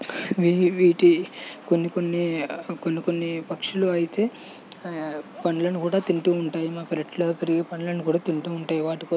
వీటి కొన్ని కొన్ని కొన్ని కొన్ని పక్షులు అయితే పండ్లను కూడా తింటూ ఉంటాయి మా పెరటిలో పెరిగే పండ్లను కూడా తింటూ ఉంటాయి వాటి కోసం